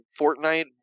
fortnite